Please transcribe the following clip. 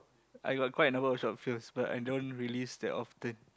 I got quite a number of short films but I don't release that often